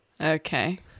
Okay